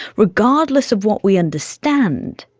regardless of what we understand,